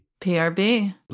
PRB